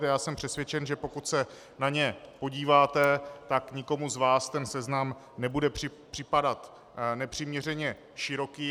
A já jsem přesvědčen, že pokud se na ně podíváte, tak nikomu z vás ten seznam nebude připadat nepřiměřeně široký.